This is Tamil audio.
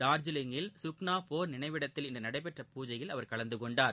டார்ஜிலிங்கில் சுக்னா போர் நினைவிடத்தில் இன்று நடைபெற்ற பூஜையில் அவர் கலந்துகொண்டார்